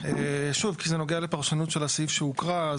שוב, כי זה נוגע לפרשנות של הסעיף שהוקרא.